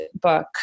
book